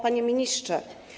Panie Ministrze!